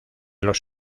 los